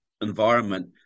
environment